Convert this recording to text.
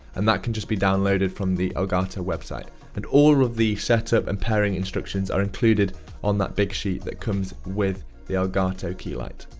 and that can just be downloaded from the elgato website. and all of the setup and pairing instructions are included on that big sheet that comes with the elgato key light.